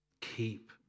Keep